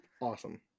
Awesome